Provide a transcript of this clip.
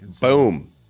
Boom